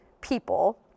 people